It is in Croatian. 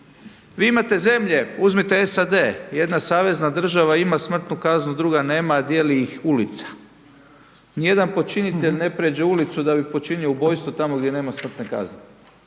Vi imate zemlje, uzmite SAD, jedna savezna država ima smrtnu kaznu, druga nema, a dijeli ih ulica. Nijedan počinitelj ne prijeđe ulicu da bi počinio ubojstvo tamo gdje nema smrtne kazne,